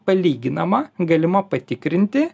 palyginama galima patikrinti